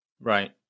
Right